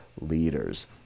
leaders